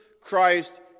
Christ